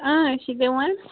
أسۍ چھِ دِوان